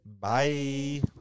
Bye